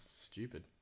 stupid